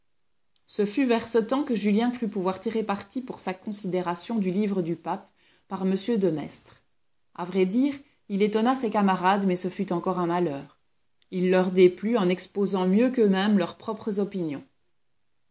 ce fut vers ce temps que julien crut pouvoir tirer parti pour sa considération du livre du pape par m de maistre a vrai dire il étonna ses camarades mais ce fut encore un malheur il leur déplut en exposant mieux qu'eux-mêmes leurs propres opinions